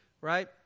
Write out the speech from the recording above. right